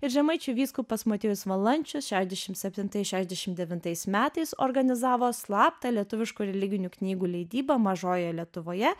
ir žemaičių vyskupas motiejus valančius šešiasdešimt septintais šešiasdešimt devintais metais organizavo slaptą lietuviškų religinių knygų leidybą mažojoje lietuvoje